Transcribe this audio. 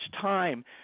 time